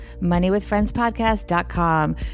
moneywithfriendspodcast.com